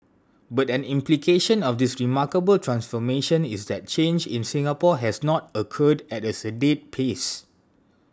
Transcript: but an implication of this remarkable transformation is that change in Singapore has not occurred at as sedate pace